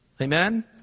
Amen